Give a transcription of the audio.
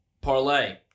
Parlay